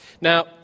Now